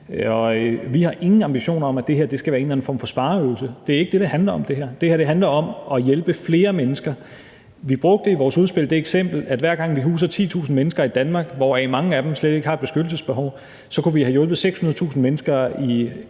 vi har ingen ambitioner om, at det her skal være en eller anden form for spareøvelse. Det er ikke det, som det her handler om. Det her handler om at hjælpe flere mennesker, og vi brugte i vores udspil det eksempel, at hver gang vi huser 10.000 mennesker i Danmark, hvoraf mange slet ikke har et beskyttelsesbehov, så kunne vi have hjulpet 600.000 mennesker i